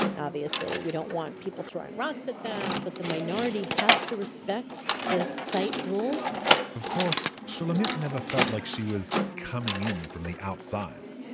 obviously, we don't want people throwing rocks at them, but the minority has to respect the site rules of course, shulamit never felt like she was coming in from the outside.